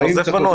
אתה נוזף בנו?